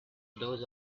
those